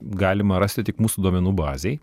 galima rasti tik mūsų duomenų bazėj